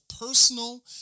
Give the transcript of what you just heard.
personal